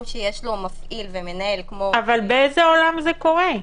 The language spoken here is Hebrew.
שיש לו מפעיל ומנהל --- אבל באיזה עולם זה קורה?